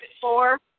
four